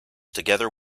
together